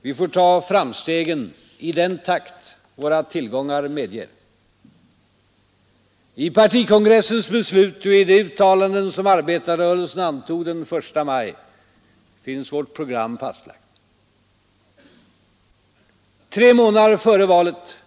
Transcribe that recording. Vi får ta framstegen i den takt våra tillgångar medger. I partikongressens beslut och i de uttalanden som arbetarrörelsen antog den 1 maj finns vårt program fastlagt. Tre månader före valet finns t.